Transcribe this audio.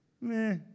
meh